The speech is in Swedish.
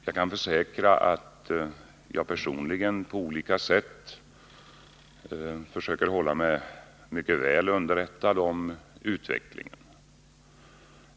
Jag kan försäkra att jag personligen på olika sätt försöker hålla mig mycket väl underrättad om utvecklingen.